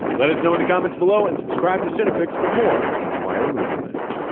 let us know in the comments below, and subscribe to cinefix for more indiewire movie list.